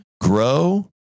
grow